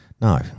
No